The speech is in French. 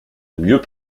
mieux